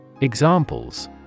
Examples